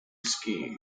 skiing